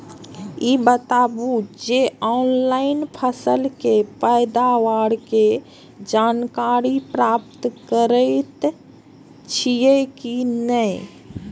ई बताउ जे ऑनलाइन फसल के पैदावार के जानकारी प्राप्त करेत छिए की नेय?